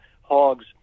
hogs